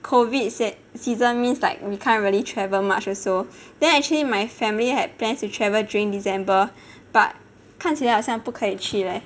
COVID season means like we can't really travel much also then actually my family had plans to travel during december but 看起来好像不可以去 leh